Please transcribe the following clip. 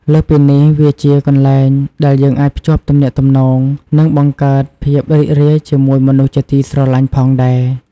លើសពីនេះ វាជាកន្លែងដែលយើងអាចភ្ជាប់ទំនាក់ទំនង និងបង្កើតភាពរីករាយជាមួយមនុស្សជាទីស្រឡាញ់ផងដែរ។